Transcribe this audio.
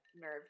nerve